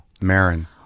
Marin